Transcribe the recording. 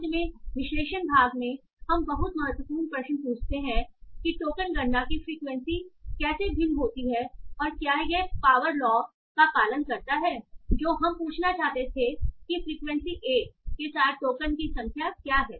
अंत में विश्लेषण भाग में हम बहुत महत्वपूर्ण प्रश्न पूछते हैं कि टोकन गणना की फ्रीक्वेंसी कैसे भिन्न होती है और क्या यह पावर लौ का पालन करता है जो हम पूछना चाहते थे कि फ्रीक्वेंसी 1 के साथ टोकन की संख्या क्या है